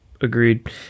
Agreed